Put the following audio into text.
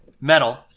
Metal